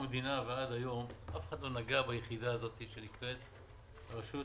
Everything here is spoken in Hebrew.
אף אחד לא נדע ביחידה הזאת שנקראת הרשות